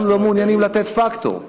אנחנו לא מעוניינים לתת פקטור,